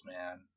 man